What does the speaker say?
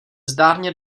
zdárně